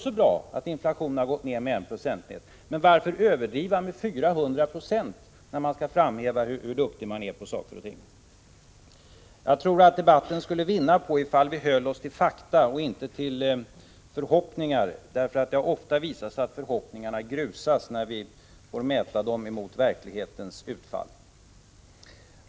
Det är bra att inflationen har gått ned med en procentenhet, men varför överdriva med 400 96 när man skall framhäva hur duktig man är? Jag tror att debatten skulle vinna på att vi höll oss till fakta och inte till förhoppningar. Det har ofta visat sig att förhoppningarna har grusats när vi har jämfört med det verkliga utfallet.